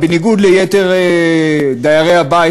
בניגוד ליתר דיירי הבית,